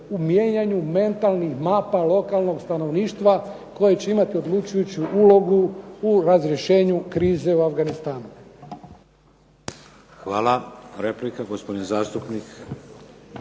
u mijenjanju mentalnih mapa lokalnog stanovništva koje će imati odlučujuću ulogu u razrješenju krize u Afganistanu. **Šeks, Vladimir